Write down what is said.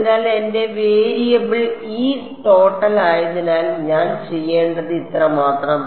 അതിനാൽ എന്റെ variable E total ആയതിനാൽ ഞാൻ ചെയ്യേണ്ടത് ഇത്രമാത്രം